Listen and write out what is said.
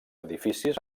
edificis